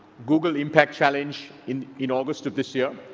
google impact challenge in in august of this year.